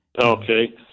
Okay